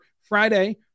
Friday